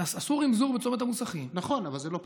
עשו רמזור בצומת המוסכים.